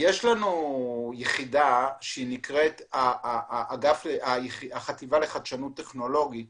לנו יחידה שנקראת החטיבה לחדשנות טכנולוגית